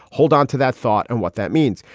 hold onto that thought. and what that means?